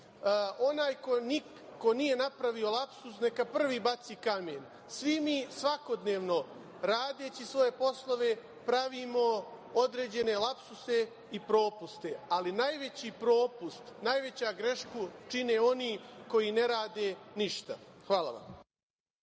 ko nije napravio lapsus neka prvi baci kamen. Svi mi svakodnevno radeći svoje poslove pravimo određene lapsuse i propuste, ali najveći propust, najveću grešku čine oni koji ne rade ništa. Hvala vam.